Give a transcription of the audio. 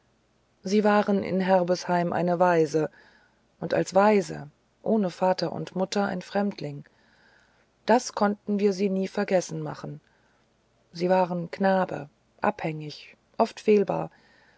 sie waren in herbesheim eine waise und als waise ohne mutter und vater ein fremdling das konnten wir sie nie vergessen machen sie waren knabe abhängig oft fehlbar